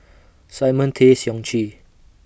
Simon Tay Seong Chee